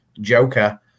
Joker